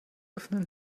öffnen